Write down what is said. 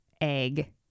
egg